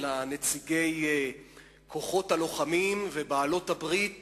אלא נציגי כוחות הלוחמים ובעלות-הברית